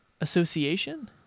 association